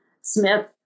Smith